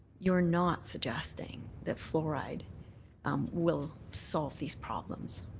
you're not suggesting that fluoride um will solve these problems.